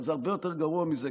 אבל זה הרבה יותר גרוע מזה.